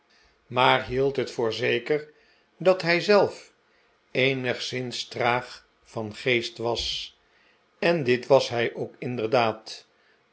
maar hield het voor zeker dat hii maarten chuzzlewit zelf eenigszins traag van geest was en dit was hij ook inderdaadj